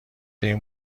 این